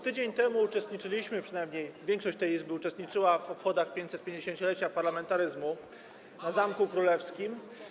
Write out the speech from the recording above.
Tydzień temu uczestniczyliśmy, przynajmniej większość tej Izby uczestniczyła, w obchodach 550-lecia parlamentaryzmu na Zamku Królewskim.